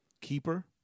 keeper